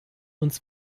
uns